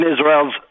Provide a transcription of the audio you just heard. Israel's